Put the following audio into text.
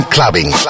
Clubbing